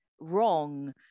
wrong